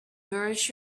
nourish